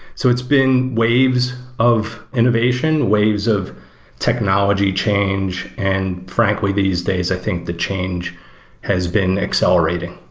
so it's been waves of innovation, waves of technology change and, frankly, these days, i think the change has been accelerating.